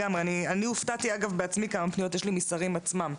אני הופתעתי אגב בעצמי כמה פניות יש לי ממשרדים עצמם.